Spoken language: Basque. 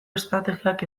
estrategiak